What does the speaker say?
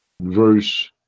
Verse